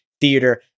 theater